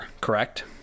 correct